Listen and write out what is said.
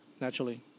naturally